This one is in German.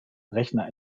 rechner